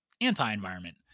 anti-environment